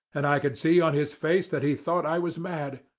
and i could see on his face that he thought i was mad.